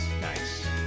Nice